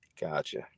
Gotcha